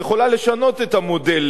את יכולה לשנות את המודל,